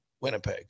Winnipeg